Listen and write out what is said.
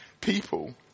people